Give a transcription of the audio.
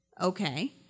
okay